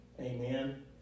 Amen